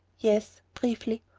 yes briefly.